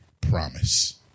promise